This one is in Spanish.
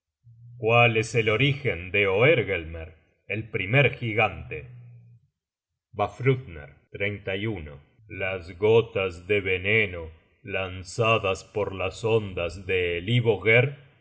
cuál es el orígen de oergelmer el primer gigante vafthrudner las golas de veneno lanzadas por las ondas de elivoger